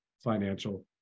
financial